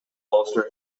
bolster